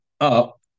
up